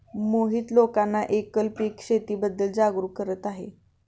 मोहित लोकांना एकल पीक शेतीबद्दल जागरूक करत आहे